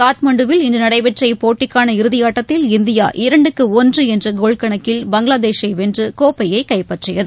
காட்மாண்டுவில் இன்று நடைபெற்ற இப்போட்டிக்கான இறதியாட்டத்தில் இந்தியா இரண்டுக்கு ஒன்று என்ற கோல்கணக்கில் பங்களாதேஷை வென்று கோப்பையை கைப்பற்றியது